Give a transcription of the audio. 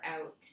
out